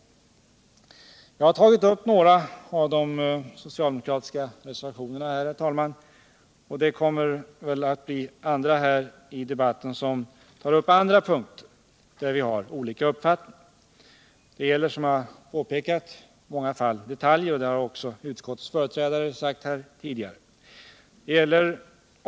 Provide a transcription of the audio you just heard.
Jag har, herr talman, tagit upp några av de socialdemokratiska reservationerna. Andra kommer väl i debatten att ta upp andra punkter, där vi har olika uppfattning. Det gäller, som jag och tidigare utskottets företrädare påpekat, i många fall detaljer.